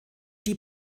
die